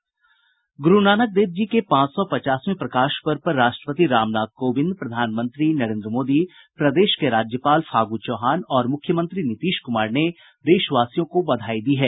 गुरु नानक देव जी के पांच सौ पचासवें प्रकाश पर्व पर राष्ट्रपति रामनाथ कोविंद प्रधानमंत्री नरेन्द्र मोदी प्रदेश के राज्यपाल फागु चौहान और मुख्यमंत्री नीतीश कुमार ने देशवासियों को बधाई दी है